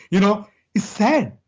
you know it's sad.